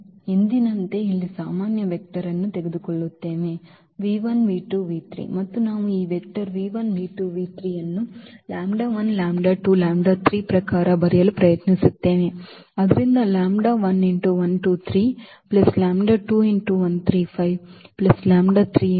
ನಾವು ಎಂದಿನಂತೆ ಇಲ್ಲಿ ಸಾಮಾನ್ಯ ವೆಕ್ಟರ್ ಅನ್ನು ತೆಗೆದುಕೊಳ್ಳುತ್ತೇವೆ ಮತ್ತು ನಾವು ಈ ಅನ್ನು ರ ಪ್ರಕಾರ ಬರೆಯಲು ಪ್ರಯತ್ನಿಸುತ್ತೇವೆ